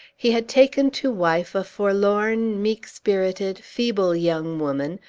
he had taken to wife a forlorn, meek-spirited, feeble young woman,